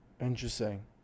Interesting